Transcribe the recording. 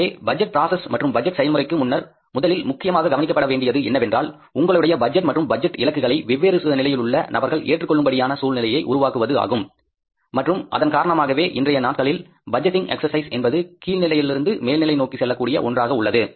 எனவே budget process மற்றும் budget exercise முன்னர் முதலில் முக்கியமாக கவனிக்கப்பட வேண்டியது என்னவென்றால் உங்களுடைய பட்ஜெட் மற்றும் பட்ஜெட் இலக்குகளை வெவ்வேறு நிலையிலுள்ள நபர்கள் ஏற்றுக் கொள்ளும்படியான சூழ்நிலையை உருவாக்குவது ஆகும் மற்றும் அதன் காரணமாகவே இன்றைய நாட்களில் பட்ஜெட்டிங் எக்சசைஸ் என்பது கீழ் நிலையிலிருந்து மேல் நிலை நோக்கி செல்லக் கூடிய ஒன்றாக உள்ளது